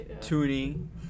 tuning